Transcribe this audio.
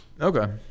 Okay